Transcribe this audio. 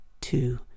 Two